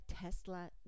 Tesla